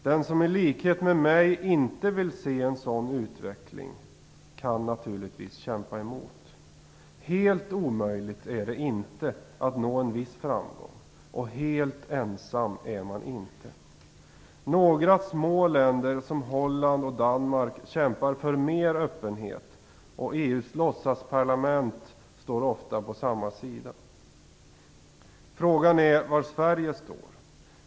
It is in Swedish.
Den som i likhet med mig inte vill se en sådan utveckling kan naturligtvis kämpa emot. Helt omöjligt är det inte att nå en viss framgång, och helt ensam är man inte. Några små länder, som Holland och Danmark, kämpar för mer öppenhet, och EU:s låtsasparlament står ofta på samma sida. Frågan är var Sverige står.